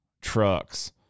trucks